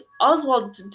Oswald